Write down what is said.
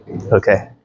okay